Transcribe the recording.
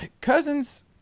cousins